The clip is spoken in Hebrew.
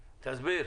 תסביר.